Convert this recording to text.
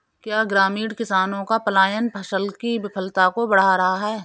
क्या ग्रामीण किसानों का पलायन फसल की विफलता को बढ़ा रहा है?